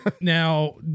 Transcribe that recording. Now